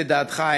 לדעתך,